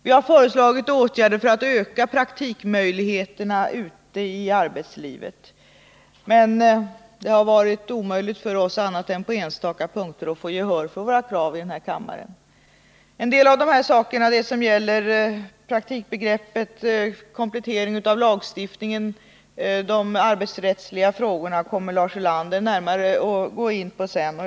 Vi har föreslagit åtgärder för att öka praktikmöjligheterna ute i arbetslivet, men det har varit omöjligt för oss att annat än på enstaka punkter få gehör för våra krav i denna kammare. En del av de här sakerna — det som gäller praktikbegreppet, kompletteringen av lagstiftningen, de arbetsrättsliga frågorna — kommer Lars Ulander att närmare gå in på.